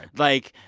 like,